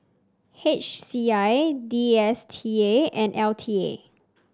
H C I D S T A and L T A